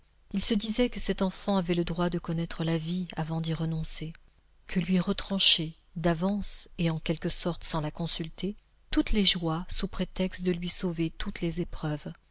il se disait que cette enfant avait le droit de connaître la vie avant d'y renoncer que lui retrancher d'avance et en quelque sorte sans la consulter toutes les joies sous prétexte de lui sauver toutes les épreuves